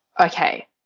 okay